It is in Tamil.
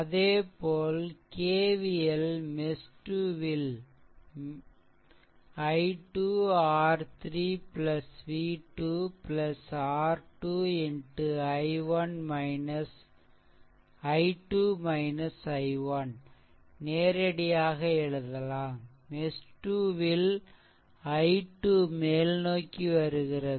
அதேபோல் KVL மெஷ்2 ல் i2 R3 v 2 R 2 x i2 i1 நேரடியாக எழுதலாம் மெஷ்2 ல் i2 மேல்நோக்கி வருகிறது